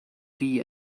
die